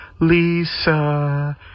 Lisa